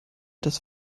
das